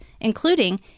including